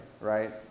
right